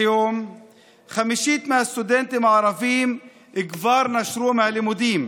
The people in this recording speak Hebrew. כיום חמישית מהסטודנטים הערבים כבר נשרו מהלימודים,